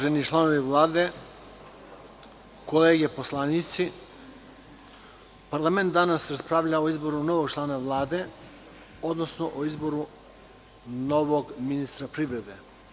Uvaženi članovi Vlade, kolege poslanici, parlament danas raspravlja o izboru novog člana Vlade, odnosno o izboru novog ministra privrede.